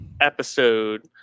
episode